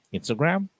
Instagram